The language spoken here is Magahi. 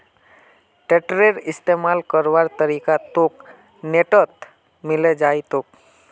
टेडरेर इस्तमाल करवार तरीका तोक नेटत मिले जई तोक